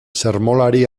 sermolari